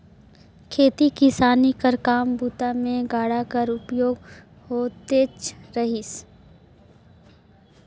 खेती किसानी कर काम बूता मे गाड़ा कर उपयोग होतेच रहिस